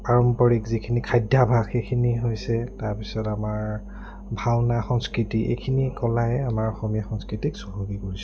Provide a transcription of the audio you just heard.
পাৰম্পৰিক যিখিনি খাদ্যাভাস সেইখিনি হৈছে তাৰ পিছত আমাৰ ভাওনা সংস্কৃতি এইখিনি কলাই আমাৰ অসমীয়া সংস্কৃতিক চহকী কৰিছে